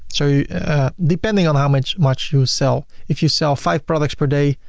so depending on how much much you sell. if you sell five products per day,